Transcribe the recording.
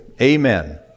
Amen